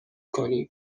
کنیم